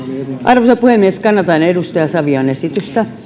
arvoisa puhemies kannatan edustaja savion esitystä